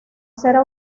será